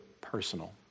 personal